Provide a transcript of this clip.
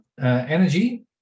energy